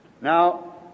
Now